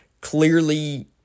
clearly